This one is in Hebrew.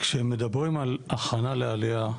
כשמדברים על הכנה לעלייה,